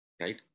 right